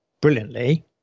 brilliantly